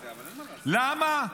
למה?